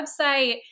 website